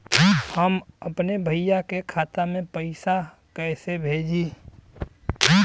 हम अपने भईया के खाता में पैसा कईसे भेजी?